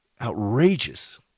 outrageous